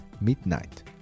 midnight